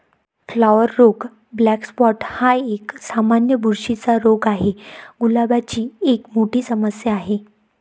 flower रोग black spot हा एक, सामान्य बुरशीचा रोग आहे, गुलाबाची एक मोठी समस्या आहे